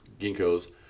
Ginkgo's